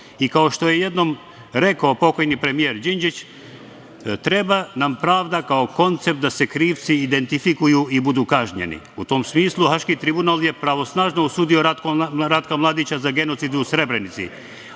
što je jednom rekao pokojni premijer Đinđić – treba nam pravda kao koncept da se krivci identifikuju i budu kažnjeni. U tom smislu, Haški tribunal je pravosnažno osudio Ratka Mladića za genocid u Srebrenici,